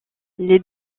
les